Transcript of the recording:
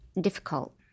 difficult